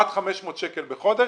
עד 500 שקלים בחודש.